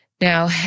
Now